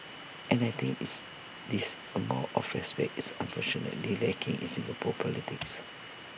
and I think is this amount of respect is unfortunately lacking in Singapore politics